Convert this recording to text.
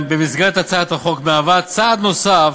במסגרת הצעת החוק מהווה צעד נוסף